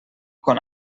quan